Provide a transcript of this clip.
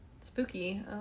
Spooky